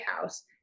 House